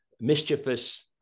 mischievous